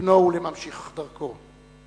לבְנוֹ וממשיך דרכו,